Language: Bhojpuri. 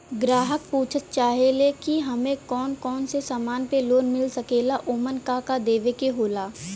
ग्राहक पुछत चाहे ले की हमे कौन कोन से समान पे लोन मील सकेला ओमन का का देवे के होला?